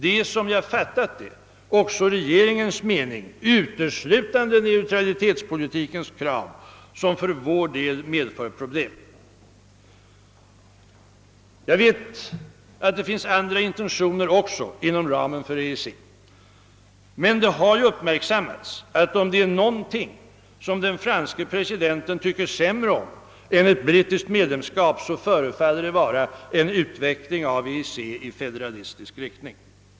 Det är, som jag fattat det, också enligt regeringens mening uteslutande denna neutralitetspolitiks krav som för vår del medför problem. Jag vet att det även finns andra intentioner inom ramen för EEC, men det har ju uppmärksammats, att om det är någonting som den franske presidenten tycker sämre om än ett brittiskt medlemskap förefaller det vara en utveckling av EEC i federalistisk riktning.